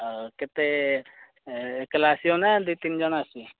ଆଉ କେତେ ଏ ଏକେଲା ଆସିବ ନା ଦୁଇ ତିନି ଜଣ ଆସିବ